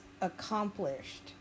accomplished